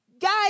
Guys